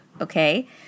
okay